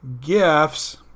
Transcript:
gifts